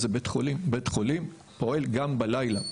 זה בית חולים ובית חולים פועל גם בלילה.